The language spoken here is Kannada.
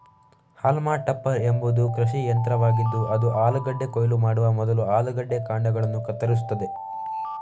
ಹಾಲ್ಮಾ ಟಪ್ಪರ್ ಎಂಬುದು ಕೃಷಿ ಯಂತ್ರವಾಗಿದ್ದು ಅದು ಆಲೂಗಡ್ಡೆ ಕೊಯ್ಲು ಮಾಡುವ ಮೊದಲು ಆಲೂಗಡ್ಡೆ ಕಾಂಡಗಳನ್ನು ಕತ್ತರಿಸುತ್ತದೆ